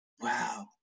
wow